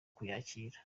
kuyakira